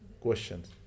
Questions